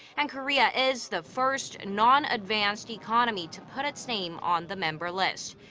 and korea. is the first non-advanced economy to put its name on the member list.